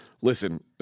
listen